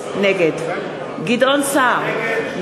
נגד גדעון סער,